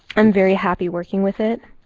i'm very happy working with it.